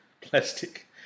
plastic